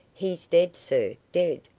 he's dead, sir, dead!